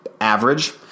average